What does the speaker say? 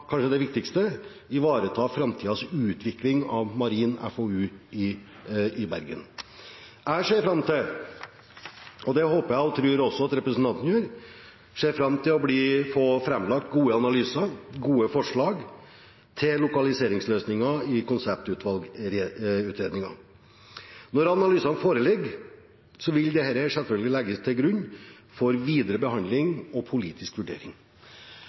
kanskje det viktigste – ivareta framtidig utvikling av marin FoU i Bergen. Jeg ser fram til – og det håper og tror jeg at også representanten gjør – å få framlagt gode analyser og gode forslag til lokaliseringsløsninger i konseptvalgutredningen. Når analysene foreligger, vil disse selvfølgelig ligge til grunn for videre behandling og politisk vurdering.